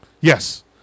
Yes